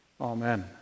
Amen